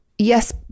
yes